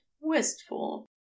wistful